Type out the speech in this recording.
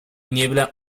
niebla